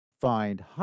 Find